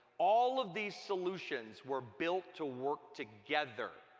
all of these solutions were built to work together.